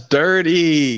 dirty